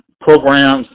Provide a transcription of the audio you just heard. programs